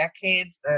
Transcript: decades